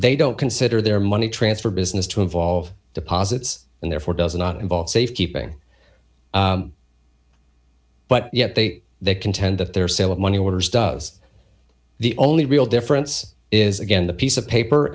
they don't consider their money transfer business to involve deposits and therefore does not involve safekeeping but yet they they contend that their sale of money orders does the only real difference is again the piece of paper